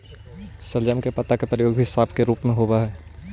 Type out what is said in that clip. शलजम के पत्ता के प्रयोग भी साग के रूप में होव हई